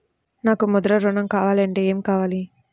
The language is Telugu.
నాకు ముద్ర ఋణం కావాలంటే ఏమి కావాలి?